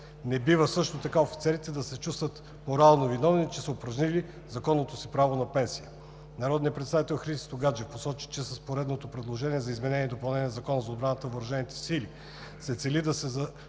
не бива офицерите да се чувстват морално виновни, че са упражнили законното си право на пенсия. Народният представител Христо Гаджев посочи, че с поредното предложение за изменение и допълнение на Закона за отбраната и въоръжените сили на Република България